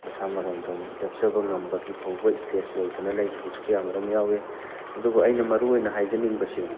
ꯃꯁꯥ ꯃꯔꯣꯝꯗꯣꯝ ꯂꯦꯞꯆꯕ ꯉꯝꯕꯒꯤ ꯐꯥꯎꯕ ꯏ꯭ꯁꯇꯦꯖ ꯌꯧꯗꯅ ꯂꯩꯈꯤꯕꯁꯨ ꯀꯌꯥ ꯃꯔꯨꯝ ꯌꯥꯎꯋꯤ ꯑꯗꯨꯕꯨ ꯑꯩꯅ ꯃꯔꯨ ꯑꯣꯏꯅ ꯍꯥꯏꯖꯅꯤꯡꯕꯁꯤ